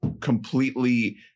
completely